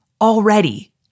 already